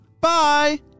Bye